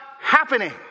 happening